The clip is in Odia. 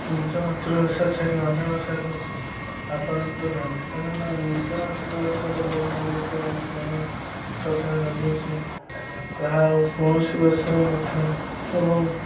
ନିଜ ମାତୃଭାଷା ଛାଡ଼ି ଅନ୍ୟ ଭାଷାକୁ ଆପାଣନ୍ତୁ ନାହିଁ କାରଣ ନା ନିଜ ମାତୃଭାଷାରେ ଯେଉଁ ମମତା ସ୍ନେହ ଶ୍ରଦ୍ଧା ରହିଅଛି ତାହା ଆଉ କୌଣସି ଭାଷାରେ ନଥାଏ ଏବଂ